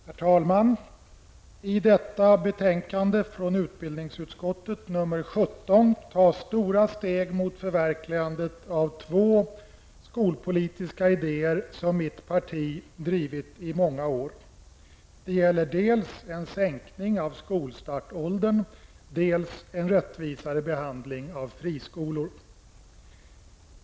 Herr talman! I detta betänkande från utbildningsutskottet, nr 17, tas stora steg mot förverkligandet av två skolpolitiska idéer som mitt parti har drivit i många år. Det gäller dels en sänkning av skolstartsåldern, dels en rättvisare behandling av friskolorna.